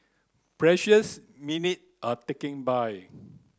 precious minute are ticking by